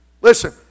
Listen